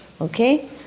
okay